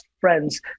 friends